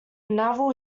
naval